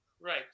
Right